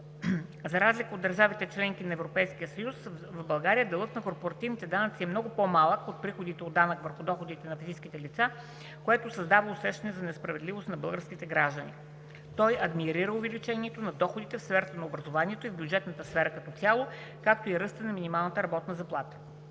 За разлика от държавите – членки на Европейския съюз, в България делът на корпоративните данъци е много по-малък от приходите от данъка върху доходите на физическите лица, което създава усещане за несправедливост в българските граждани. Той адмирира увеличението на доходите в сферата на образованието и в бюджетната сфера като цяло, както и ръстът на минималната работна заплата.